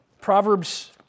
Proverbs